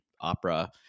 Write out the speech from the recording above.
opera